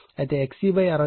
5 XC2 6100 0